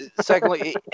Secondly